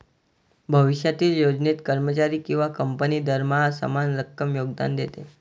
भविष्यातील योजनेत, कर्मचारी किंवा कंपनी दरमहा समान रक्कम योगदान देते